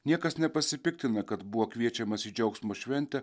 niekas nepasipiktina kad buvo kviečiamas į džiaugsmo šventę